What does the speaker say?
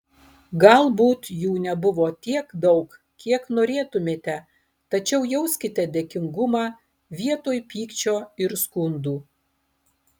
galbūt jų nebuvo tiek daug kiek norėtumėte tačiau jauskite dėkingumą vietoj pykčio ir skundų